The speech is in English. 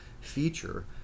feature